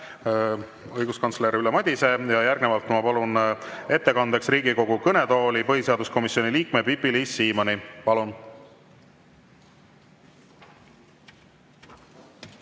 õiguskantsler Ülle Madise. Järgnevalt ma palun ettekandeks Riigikogu kõnetooli põhiseaduskomisjoni liikme Pipi-Liis Siemanni.